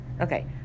Okay